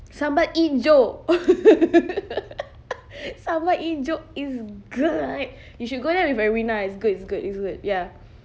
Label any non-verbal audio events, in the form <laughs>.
sambal ijo <laughs> sambal ijo is good you should go there with arina it's good it's good it's good ya